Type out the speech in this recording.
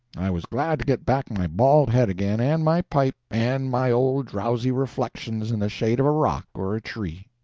i was glad to get back my bald head again, and my pipe, and my old drowsy reflections in the shade of a rock or a tree.